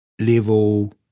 level